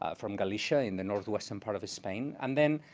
from galicia, in the northwest and part of spain. and then